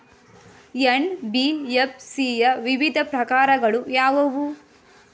NBFC ಯ ವಿವಿಧ ಪ್ರಕಾರಗಳು ಯಾವುವು?